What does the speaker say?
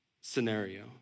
scenario